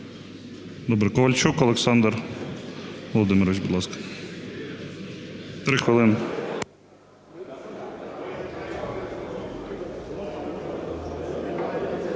Добре. Ковальчук Олександр Володимирович, будь ласка, 3 хвилини.